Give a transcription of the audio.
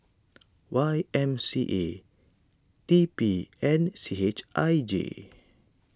Y M C A T P and C H I J